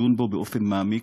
שתדון בו באופן מעמיק,